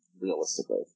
realistically